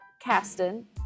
Caston